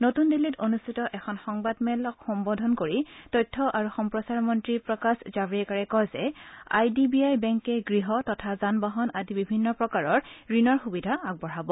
নতুন দিল্লীত অনুষ্ঠিত এখন সংবাদমেল সম্বোধন কৰি তথ্য আৰু সম্প্ৰচাৰ মন্ত্ৰী প্ৰকাশ জাশ্ৰেকাৰে কয় যে আই ডি বি আই বেংকে গৃহ তথা যানবাহন আদি বিভিন্ন প্ৰকাৰৰ ঋণৰ সুবিধা আগবঢ়াব